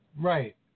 Right